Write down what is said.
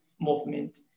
movement